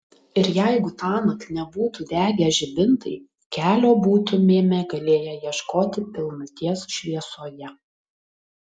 ir jeigu tąnakt nebūtų degę žibintai kelio būtumėme galėję ieškoti pilnaties šviesoje